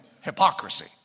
hypocrisy